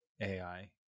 AI